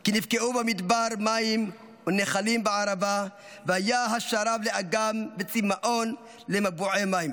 כי נבקעו במדבר מים ונחלים בערבה והיה השרב לאגם וצמאון למבועי מים